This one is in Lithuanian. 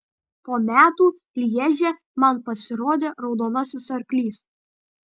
po metų lježe man pasirodė raudonasis arklys